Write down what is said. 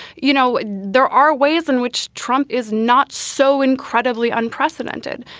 you know, there are ways in which trump is not so incredibly unprecedented,